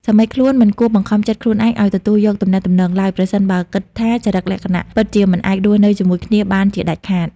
សាមីខ្លួនមិនគួរបង្ខំចិត្តខ្លួនឯងឱ្យទទួលយកទំនាក់ទំនងមួយឡើយ ប្រសិនបើគិតថាចរិតលក្ខណៈពិតជាមិនអាចរស់នៅជាមួយគ្នាបានជាដាច់ខាត។